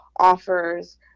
offers